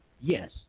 Yes